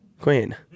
Queen